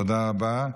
תודה רבה.